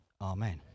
amen